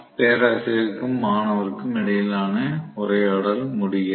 பேராசிரியருக்கும் மாணவருக்கும் இடையிலான உரையாடல் முடிகிறது